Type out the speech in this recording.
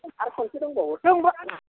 आरो खनसे दंबावो दंबावो आंना